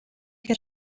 que